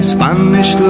Spanish